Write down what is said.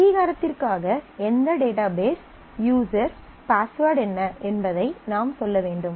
அங்கீகாரத்திற்காக எந்த database user password என்ன என்பதை நாம் சொல்ல வேண்டும்